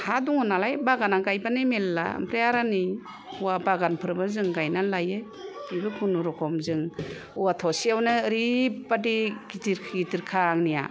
हा दङ नालाय बागाना गायबानो मेरला ओमफ्राय आरो आंनि औवा बागानफोरबो जों गायना लायो बेबो खुनु जोंनि बेबो खुनुरुखुम औवा थसेयावनो ओरैबादि गिदिर गिदिर खा आंनिया